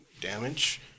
damage